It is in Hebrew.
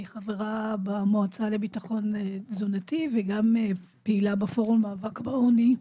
אני חברה במועצה לביטחון תזונתי וגם פעילה בפורום למאבק בעוני.